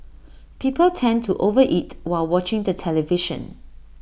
people tend to over eat while watching the television